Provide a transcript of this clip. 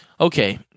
okay